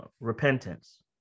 repentance